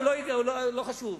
לא חשוב.